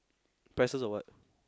prices of what